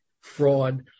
fraud